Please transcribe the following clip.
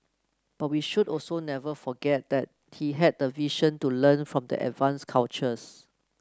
but we should also never forget that he had the vision to learn from the advanced cultures